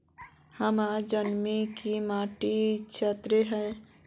हमार जमीन की मिट्टी क्षारीय है?